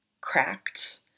cracked